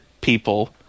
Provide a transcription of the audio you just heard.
people